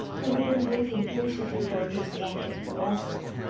who had been waiting patiently for his wonted caresses,